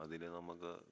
അതിന് നമുക്ക്